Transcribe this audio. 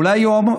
אולי יום,